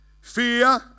fear